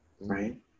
Right